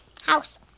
house